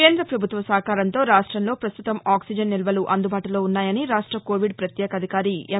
కేంద పభుత్వ సహకారంతో రాష్టంలో పస్తుతం ఆక్సిజన్ నిల్వలు అందుబాటులో ఉన్నాయని రాష్ట కోవిడ్ ప్రత్యేకాధికారి ఎం